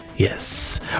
Yes